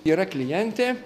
yra klientė